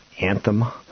Anthem